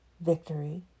victory